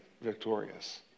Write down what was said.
victorious